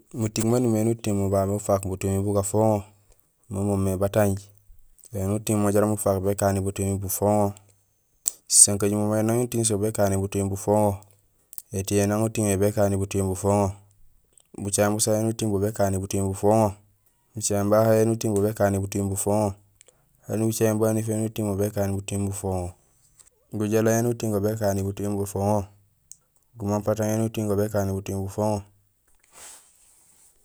Muting maan umimé éni uting babé ufaak butumi bu gafoŋo mo moomé: batanj, éni uting jaraam ufaak békani butumi bufoŋo, sisankajumo éni uting so békani butumi bufoŋo, étiyee néni uting yo yo békani butumi bufoŋo, bucaŋéén busa éni uting bo, bo békani butumi bufoŋo, bucaŋéén bahay éni uting bo, bo békani butumi bufoŋo, éni bucaŋéén baniif éni uting bo, bo békani butumi bufoŋo, gujééla éni uting go, go békani butumi bufoŋo, gumampatang éni uting go, go békani butumi bufoŋo